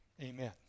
Amen